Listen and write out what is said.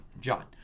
John